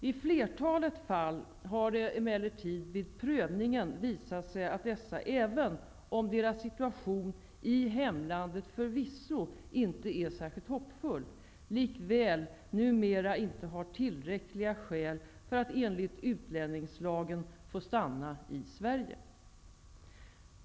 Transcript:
I flertalet fall har det emellertid vid prövningen visat sig att dessa, även om deras situation i hemlandet förvisso inte är särskilt hoppfull, likväl numera inte har tillräckliga skäl för att enligt utlänningslagen få stanna i Sverige.